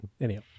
Anyhow